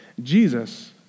Jesus